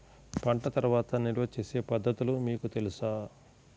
పంట తర్వాత నిల్వ చేసే పద్ధతులు మీకు తెలుసా?